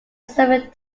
serving